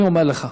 אני אומר לך.